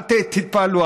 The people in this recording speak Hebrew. אל תתפעלו,